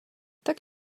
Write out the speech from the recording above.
tak